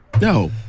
No